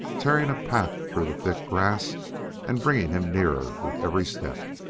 tearing a path through the thick grass and bringing him nearer with every step.